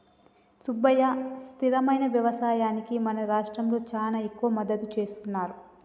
సుబ్బయ్య స్థిరమైన యవసాయానికి మన రాష్ట్రంలో చానా ఎక్కువ మద్దతు సేస్తున్నారు